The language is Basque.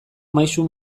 maisu